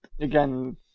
again